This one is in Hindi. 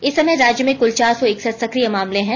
इस समय राज्य में कुल चार सौ इकसठ सक्रिय मामले हैं